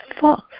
false